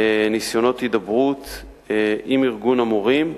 ניסיונות הידברות עם ארגון המורים.